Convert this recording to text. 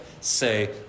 say